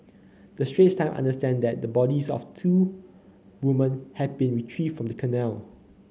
the Straits Times understand that the bodies of two woman have been retrieved from the canal